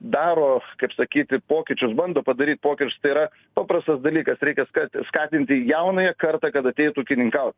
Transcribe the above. daro kaip sakyti pokyčius bando padaryt pokyčius tai yra paprastas dalykas reikia ska skatinti jaunąją kartą kad ateitų ūkininkaut